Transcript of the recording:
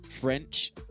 French